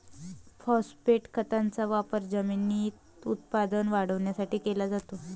phosphate खताचा वापर जमिनीत उत्पादन वाढवण्यासाठी केला जातो